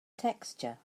texture